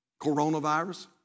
Coronavirus